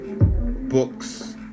books